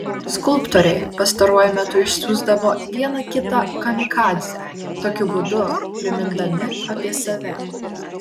skulptoriai pastaruoju metu išsiųsdavo vieną kitą kamikadzę tokiu būdu primindami apie save